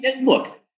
look